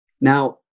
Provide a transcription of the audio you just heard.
Now